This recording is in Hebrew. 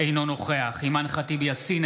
אינו נוכח אימאן ח'טיב יאסין,